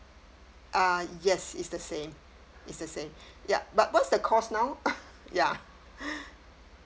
uh yes it's the same it's the same yup but what's the cost now ya